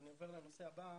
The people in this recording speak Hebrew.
אני עובר לנושא הבא.